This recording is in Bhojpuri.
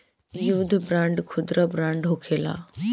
युद्ध बांड खुदरा बांड होखेला